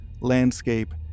landscape